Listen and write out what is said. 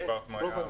סביון, כפר שמריהו.